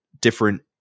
different